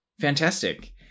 Fantastic